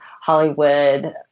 Hollywood